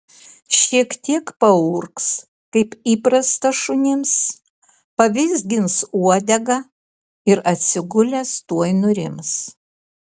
šiek tiek paurgs kaip įprasta šunims pavizgins uodega ir atsigulęs tuoj nurims